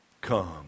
come